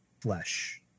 flesh